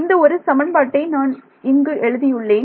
இந்த ஒரு சமன்பாட்டை நான் இங்கு எழுதியுள்ளேன்